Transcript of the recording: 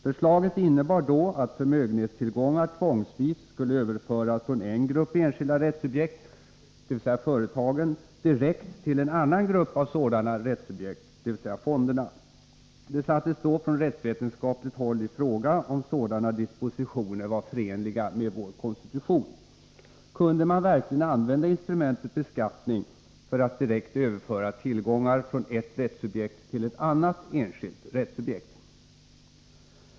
Förslaget innebar då att förmögenhetstillgångar tvångsvis skulle överföras från en grupp enskilda rättssubjekt, dvs. företagen, direkt till en annan grupp av sådana rättssubjekt, dvs. fonderna. Det sattes då från rättsvetenskapligt håll i fråga om sådana dispositioner var förenliga med vår konstitution. Kunde man verkligen använda instrumentet beskattning för att direkt överföra tillgångar från ett visst rättssubjekt till ett annat enskilt rättssubjekt?